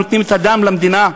נותנים את הדם למדינה?